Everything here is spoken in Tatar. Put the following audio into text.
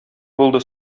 булды